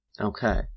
okay